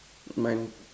my